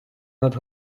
над